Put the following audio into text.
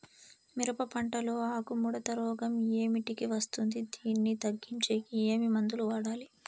మిరప పంట లో ఆకు ముడత రోగం ఏమిటికి వస్తుంది, దీన్ని తగ్గించేకి ఏమి మందులు వాడాలి?